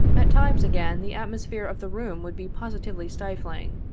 at times again, the atmosphere of the room would be positively stifling.